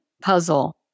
puzzle